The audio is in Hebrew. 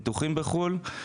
ניתוחים בחו"ל,